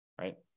right